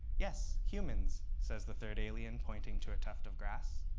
yes, humans, says the third alien, pointing to a tuft of grass.